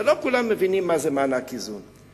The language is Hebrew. ולא כולם מבינים מה זה מענק איזון.